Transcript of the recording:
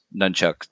nunchuck